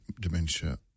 dementia